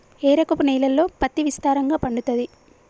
ఏ రకపు నేలల్లో పత్తి విస్తారంగా పండుతది?